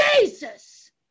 Jesus